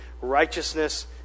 righteousness